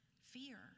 fear